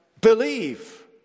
believe